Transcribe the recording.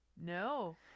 No